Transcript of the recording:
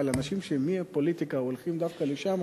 אבל אנשים שמהפוליטיקה הולכים דווקא לשם,